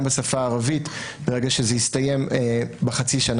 בשפה הערבית ברגע שזה יסתיים בחצי השנה